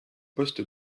poste